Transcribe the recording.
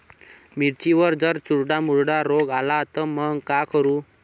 मिर्चीवर जर चुर्डा मुर्डा रोग आला त मंग का करू?